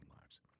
lives